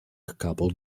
couple